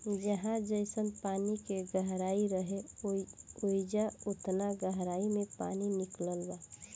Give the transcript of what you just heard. जहाँ जइसन पानी के गहराई रहे, ओइजा ओतना गहराई मे पानी निकलत बा